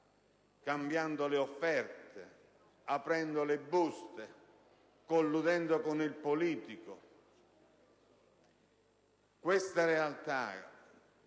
cambiando le offerte, aprendo le buste, colludendo con il politico. Questa realtà,